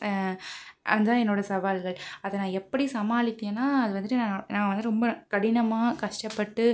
அதுதான் என்னோடய சவால்கள் அதை நான் எப்படி சமாளித்தேன்னால் அது வந்துட்டு நான் நான் வந்து ரொம்ப கடினமாக கஷ்டப்பட்டு